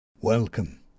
Welcome